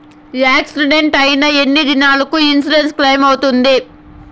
Accident అయిన ఎన్ని దినాలకు ఇన్సూరెన్సు క్లెయిమ్ అవుతుంది?